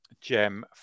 gem